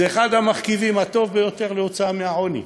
זה אחד מהמרכיבים הטובים ביותר להוצאה מהעוני.